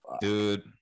dude